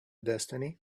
destiny